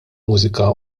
mużika